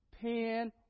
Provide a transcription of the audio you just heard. pen